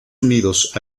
unidos